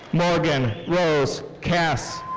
morgan rose kass.